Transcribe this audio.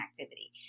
activity